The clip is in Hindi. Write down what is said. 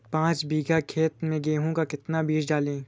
पाँच बीघा खेत में गेहूँ का कितना बीज डालें?